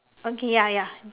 okay ya ya